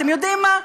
אתם יודעים מה?